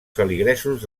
feligresos